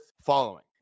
following